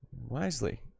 wisely